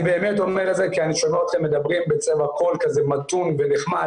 אני באמת אומר את זה כי אני שומע אתכם מדברים בצבע קול כזה מתון ונחמד